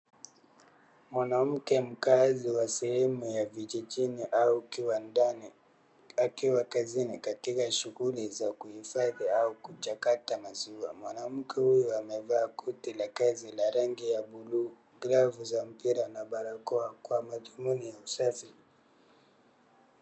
Mwanamke mkaazi wa sehemu ya vijijini au kiwandani akiwa kazini katika shughuli za kuhifadhi au kuchakata maziwa, mwanamke huyu amevaa koti la kazi ya rangi ya blue, glove za mpira na barakoa kwa madhumuni ya usafi.